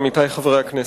עמיתי חברי הכנסת,